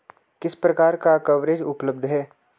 किस प्रकार का कवरेज उपलब्ध है?